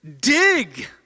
Dig